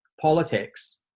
politics